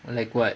like what